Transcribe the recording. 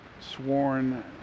sworn